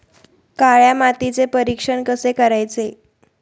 काळ्या मातीचे परीक्षण कसे करायचे?